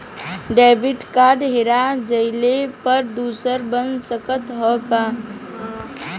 Debit card हेरा जइले पर दूसर बन सकत ह का?